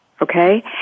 Okay